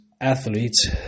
athletes